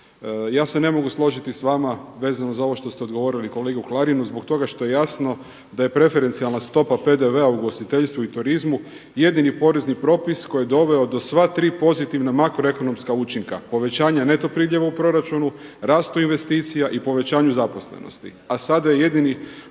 Ja se ne mogu složiti s vama vezano za ovo što se odgovorili kolegi Klarinu zbog toga što je jasno da je preferencijalna stopa PDV-a u ugostiteljstvu i turizmu jedini porezni propis koji je doveo do sva tri pozitivna makroekonomska učinka povećanja neto pridjeva u proračunu, rastu investicija i povećanju zaposlenosti.